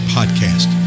Podcast